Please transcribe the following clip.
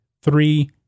three